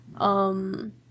um-